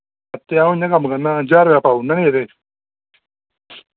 ते अ'ऊं इ'यां कम्म करना ज्हार रपेआ पाई ओड़ना निं इं'दे च